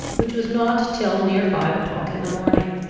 which was not till near five o'clock in the morning.